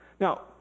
Now